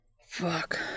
Fuck